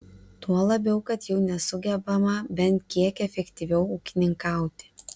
tuo labiau kad jau nesugebama bent kiek efektyviau ūkininkauti